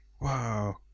wow